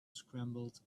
scrambled